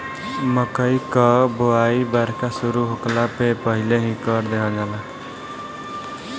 मकई कअ बोआई बरखा शुरू होखला से पहिले ही कर देहल जाला